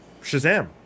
Shazam